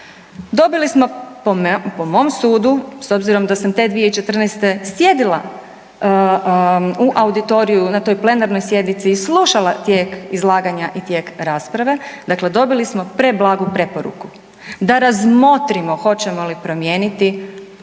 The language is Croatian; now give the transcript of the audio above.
dobili smo po mom sudu s obzirom da sam te 2014. sjedila u auditoriju na toj plenarnoj sjednici i slušala tijek izlaganja i tijek rasprave, dakle dobili smo preblagu preporuku, da razmotrimo hoćemo li promijeniti postupak